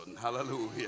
Hallelujah